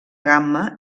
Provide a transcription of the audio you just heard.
gamma